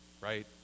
right